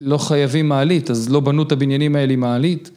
לא חייבים מעלית, אז לא בנו את הבניינים האלה עם מעלית,